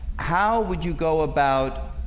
how would you go about?